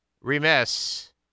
remiss